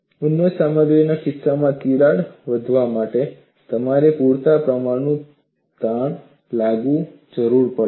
તન્ય સામગ્રીના કિસ્સામાં તિરાડ વધવા માટે તમારે પૂરતા પ્રમાણમાં તાણ લાગુ કરવાની જરૂર છે